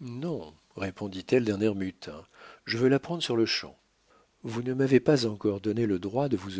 non répondit-elle d'un air mutin je veux l'apprendre sur-le-champ vous ne m'avez pas encore donné le droit de vous